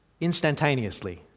instantaneously